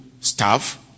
staff